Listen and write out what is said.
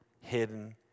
hidden